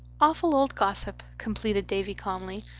awful old gossip, completed davy calmly.